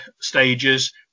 stages